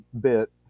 bit